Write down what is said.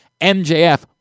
MJF